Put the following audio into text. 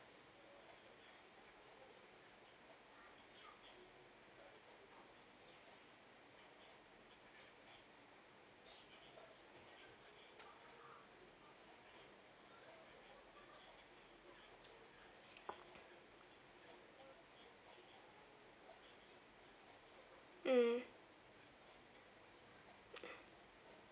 mm